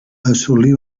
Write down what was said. assolí